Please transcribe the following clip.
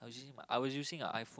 I was using a iPhone